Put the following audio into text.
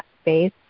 space